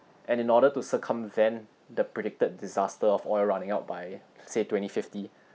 and in order to circumvent the predicted disaster of oil running out by say twenty fifty